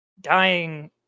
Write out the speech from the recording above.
dying